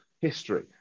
history